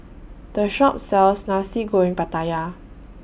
This Shop sells Nasi Goreng Pattaya